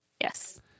Yes